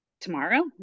tomorrow